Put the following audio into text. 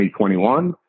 2021